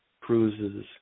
cruises